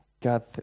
God